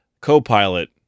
co-pilot